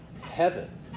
heaven